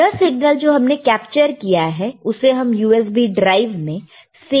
यह सिग्नल जो हमने कैप्चर किया है उसे हम USB ड्राइव में सेव कर सकते हैं